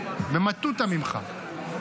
במטותא ממך.